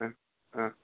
हा हा